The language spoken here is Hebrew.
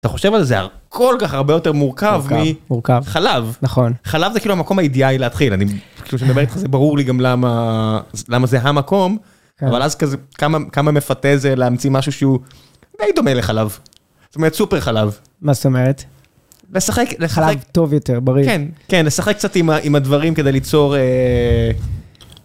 אתה חושב על זה, כל כך הרבה יותר מורכב מחלב. נכון. חלב זה כאילו המקום האידיאלי להתחיל. אני, פשוט, כשאני מדבר אתך זה ברור לי גם למה... למה זה המקום. אבל אז כזה, כמה כמה מפתה זה להמציא משהו שהוא די דומה לחלב. זאת אומרת, סופר חלב. מה זאת אומרת? לשחק לחלב טוב יותר, בריא... כן כן לשחק קצת עם הדברים כדי ליצור אה...